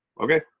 Okay